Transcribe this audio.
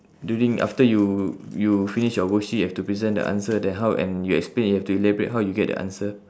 during after you you finish your worksheet you've to present the answer that how and you explain you have to elaborate how you get the answer